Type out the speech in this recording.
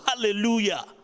Hallelujah